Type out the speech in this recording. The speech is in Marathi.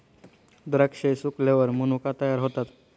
द्राक्षे सुकल्यावर मनुका तयार होतात